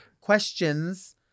questions